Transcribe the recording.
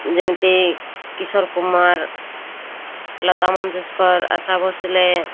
ଯେମିତି କିଶୋର କୁମାର ଲତା ମଙ୍ଗେସ୍କର ଆଶା ଭୋସ୍ଲେ